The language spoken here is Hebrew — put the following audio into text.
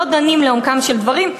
לא דנים לעומקם של דברים.